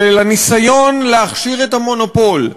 של הניסיון להכשיר את המונופול,